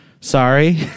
Sorry